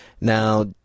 Now